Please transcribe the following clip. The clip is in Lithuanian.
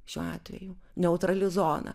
šiuo atveju neutrali zona